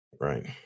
right